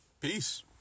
Peace